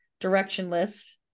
directionless